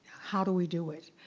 how do we do it,